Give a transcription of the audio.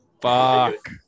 Fuck